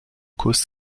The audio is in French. cause